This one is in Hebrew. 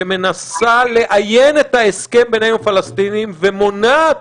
שמנסים לאיין את ההסכם בינינו לבין הפלסטינים ומונעים